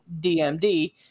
DMD